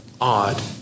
odd